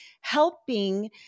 helping